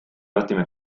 ottime